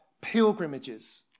pilgrimages